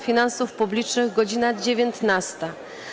Finansów Publicznych - godz. 19.